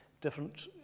different